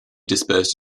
dispersed